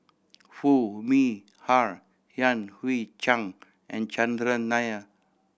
Foo Mee Har Yan Hui Chang and Chandran Nair